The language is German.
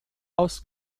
aus